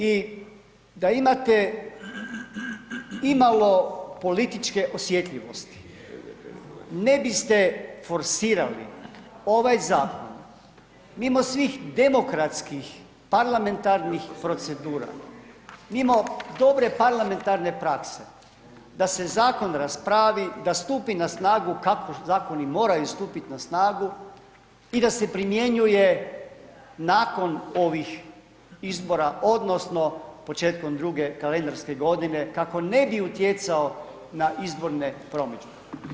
I da imate imalo političke osjetljivosti, ne biste forsirali ovaj zakon mimo svih demokratskih parlamentarnih procedura, mimo dobre parlamentarne prakse, da se zakon raspravi, da stupi na snagu kako zakoni moraju stupiti na snagu i da se primjenjuje nakon ovih izbora, odnosno početkom druge kalendarske godine, kako ne bi utjecao na izborne promidžbe.